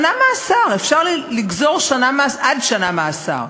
שנה מאסר, אפשר לגזור עד שנה מאסר.